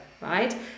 right